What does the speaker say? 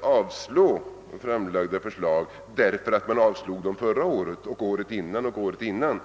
avstyrka framlagda förslag därför att man avstyrkte dem förra året och året innan.